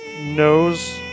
knows